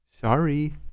sorry